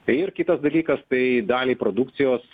tai ir kitas dalykas tai daliai produkcijos